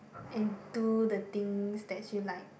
and do the things that you like